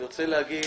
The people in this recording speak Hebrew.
אני אגיד